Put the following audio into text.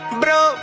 bro